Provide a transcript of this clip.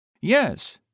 Yes